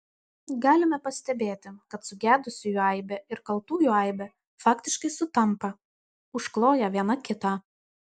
galime pastebėti kad sugedusiųjų aibė ir kaltųjų aibė faktiškai sutampa užkloja viena kitą